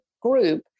group